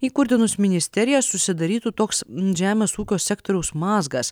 įkurdinus ministeriją susidarytų toks žemės ūkio sektoriaus mazgas